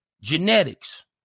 Genetics